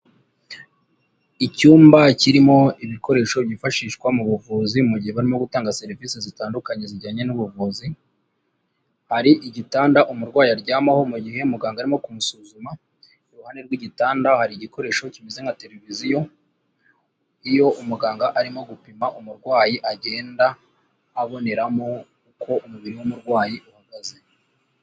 Icyumba kirimo ibikoresho byifashishwa mu buvuzi mu gihe barimo gutanga serivisi zitandukanye zijyanye n'ubuvuzi hari igitanda umurwayi aryamaho mu gihe muganga arimo kumusuzuma iruhande rw'igitanda hari igikoresho kimeze nka televiziyo iyo umuganga arimo gupima umurwayi agenda aboneramo uko umubiri w'umurwayi uhagaze.